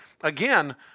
Again